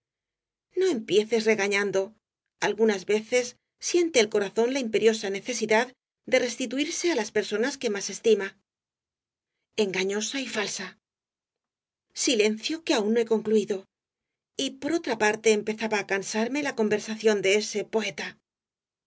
no empieces regañando algunas veces siente el corazón la imperiosa necesidad de restituirse á las personas que mas estima engañosa y falsa silencio que aun no he concluido y por otra parte empezaba á cansarme la conversación de ese poeta h